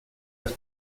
las